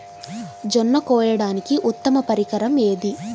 జొన్న కోయడానికి ఉత్తమ పరికరం ఏది?